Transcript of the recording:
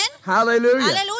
Hallelujah